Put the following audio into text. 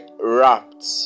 wrapped